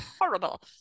horrible